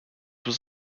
was